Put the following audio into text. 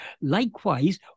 Likewise